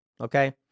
Okay